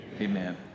Amen